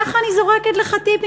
ככה אני זורקת לך טיפים,